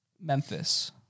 Memphis